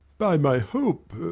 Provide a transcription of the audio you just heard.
by my hope,